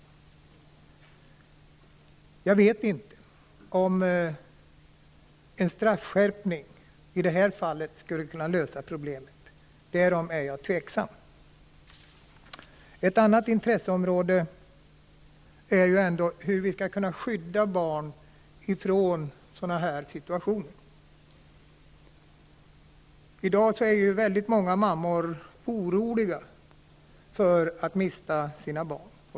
Jag vet inte om en straffskärpning skulle kunna lösa problemet i det här fallet. Jag är tveksam därom. Ett annat intresseområde är hur vi skall kunna skydda barn från sådana situationer. I dag är väldigt många mammor oroliga för att mista sina barn.